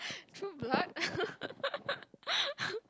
through blood